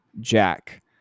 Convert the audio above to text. Jack